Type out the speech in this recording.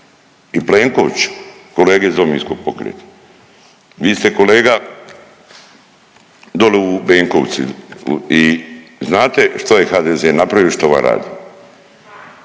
i Plenkoviću, kolege iz Domovinskog pokreta. Vi ste kolega dole u Benkovcu i znate što je HDZ napravio i što vam radi.